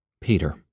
Peter